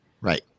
Right